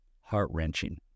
heart-wrenching